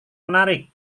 menarik